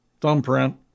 thumbprint